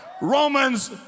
Romans